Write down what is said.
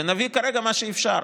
ונביא כרגע מה שאפשר,